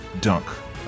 dunk